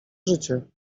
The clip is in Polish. życie